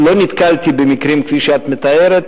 לא נתקלתי במקרים כפי שאת מתארת.